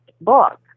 book